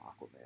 Aquaman